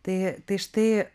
tai tai štai